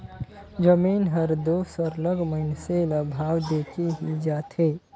जमीन हर दो सरलग मइनसे ल भाव देके ही जाथे